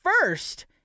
first